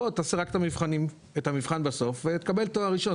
בוא תעשה רק את המבחן בסוף ותקבל תואר ראשון.